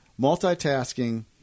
multitasking